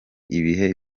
ibihe